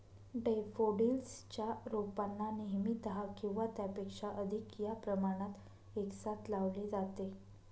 daffodils च्या रोपांना नेहमी दहा किंवा त्यापेक्षा अधिक या प्रमाणात एकसाथ लावले जाते